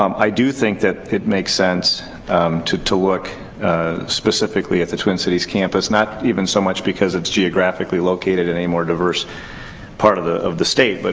um i do think that it makes sense to to look specifically at the twin cities campus. not even so much because it's geographically located in a more diverse part of the of the state, but